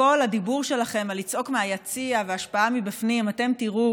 וכל הדיבור שלכם על לצעוק מהיציע והשפעה מבפנים אתם תראו